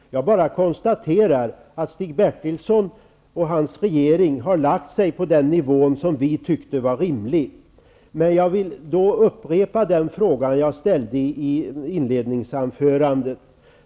Jag konstaterar alltså att Stig Bertilsson och hans regering nu föreslår den nivå som vi tyckte var rimlig. Men jag vill upprepa en fråga som jag ställde i mitt inledningsanförande.